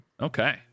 okay